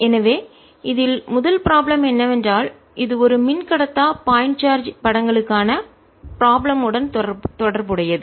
எனவே இதில் முதல் ப்ராப்ளம் என்னவென்றால் இது ஒரு மின்கடத்தா பாயிண்ட் சார்ஜ் படங்களுக்கான ப்ராப்ளம் உடன் தொடர்புடையது